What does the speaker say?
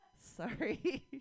Sorry